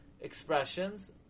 expressions